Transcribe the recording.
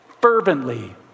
fervently